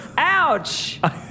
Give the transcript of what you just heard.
Ouch